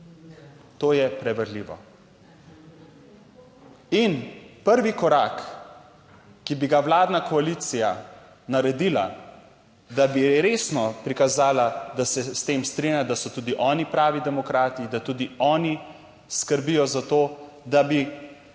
to je preverljivo. In prvi korak, ki bi ga vladna koalicija naredila, da bi resno prikazala, da se s tem strinja, da so tudi oni pravi demokrati, da tudi oni skrbijo za to, da bi danes